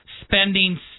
spending